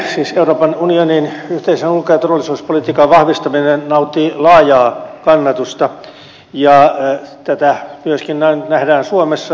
siis euroopan unionin yhteisen ulko ja turvallisuuspolitiikan vahvistaminen nauttii laajaa kannatusta ja näin nähdään myöskin suomessa